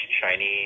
Chinese